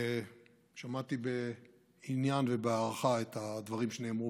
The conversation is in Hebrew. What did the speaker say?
שמעתי בעניין ובהערכה את הדברים שנאמרו